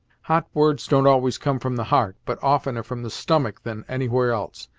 hot words don't always come from the heart, but oftener from the stomach than anywhere else.